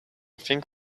think